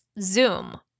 Zoom